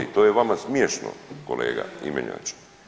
I to je vama smiješno kolega, imenjače.